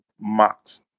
Max